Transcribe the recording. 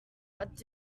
but